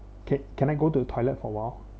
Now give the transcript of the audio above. c~ can I go to the toilet for a while